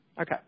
Okay